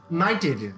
knighted